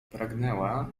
pragnęła